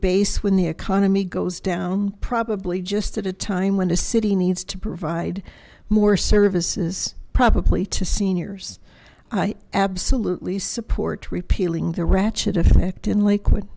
base when the economy goes down probably just at a time when a city needs to provide more services probably to seniors i absolutely support repealing the ratchet effect in lakewood